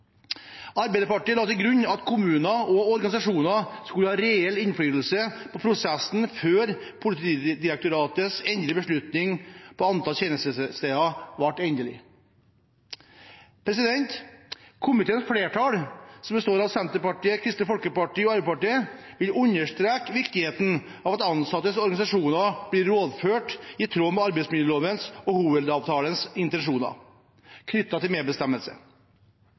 Arbeiderpartiet la til grunn at kommuner og organisasjoner skulle ha reell innflytelse på prosessen før Politidirektoratets endelige beslutning om antall tjenestesteder. Komiteens flertall, som består av Senterpartiet, Kristelig Folkeparti og Arbeiderpartiet, vil understreke viktigheten av at ansattes organisasjoner blir rådført i tråd med arbeidsmiljølovens og Hovedavtalens intensjoner knyttet til medbestemmelse.